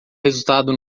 resultado